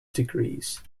degrees